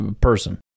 person